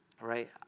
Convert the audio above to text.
right